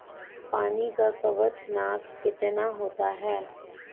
पानी का क्वथनांक कितना होता है?